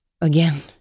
Again